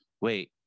wait